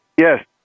Yes